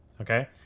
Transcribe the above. Okay